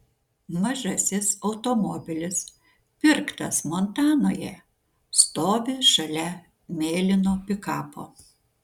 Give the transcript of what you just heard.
mažasis automobilis pirktas montanoje stovi šalia mėlyno pikapo